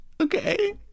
okay